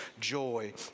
joy